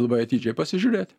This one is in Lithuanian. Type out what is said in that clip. labai atidžiai pasižiūrėt